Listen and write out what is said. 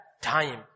time